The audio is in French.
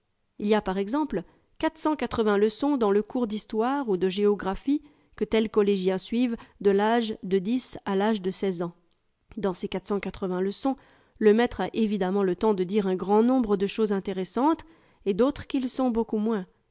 il y a par exemple leçons dans le cours d'histoire ou de géographie que tels collégiens suivent de l'âge de dix à l'âge de seize ans dans ces leçons le maître a évidemment le temps de dire un grand nombre de choses intéressantes et d'autres qui le sont beaucoup moins